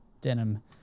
denim